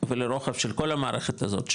ולרוחב של כל המערכת הזאת,